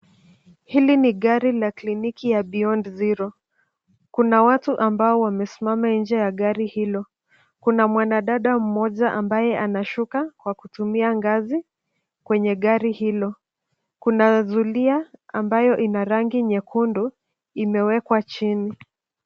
Hili ni gari la kliniki ya Beyond zero. Kuna watu ambao wamesimama nje ya gari hilo, kuna mwanadada mmoja ambaye anashuka kwa kutumia ngazi. Kwenye gari hilo kunazulia ambayo ina rangi nyekundu imewekwa chini.